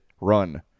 run